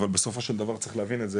אבל בסופו של דבר צריך להבין את זה